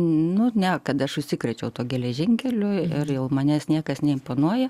nu ne kad aš užsikrėčiau tuo geležinkeliu ir ir jau manęs niekas neimponuoja